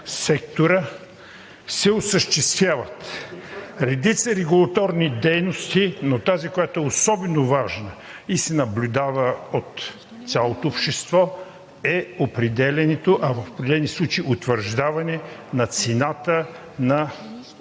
сектора се осъществяват редица регулаторни дейности, но тази, която е особено важна и се наблюдава от цялото общество, е определянето, а в определени случаи утвърждаване на цената на